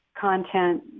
content